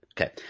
Okay